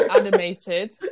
animated